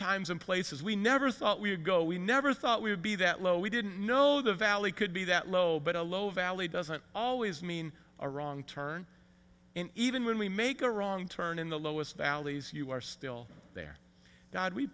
times and places we never thought we would go we never thought we would be that low we didn't know the valley could be that low but a low valley doesn't always mean a wrong turn and even when we make a wrong turn in the lowest valleys you are still there god we